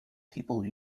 people